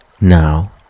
Now